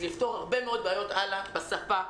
זה יפתור הרבה מאוד בעיות הלאה בשפה,